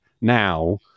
now